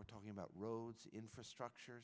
we're talking about road infrastructure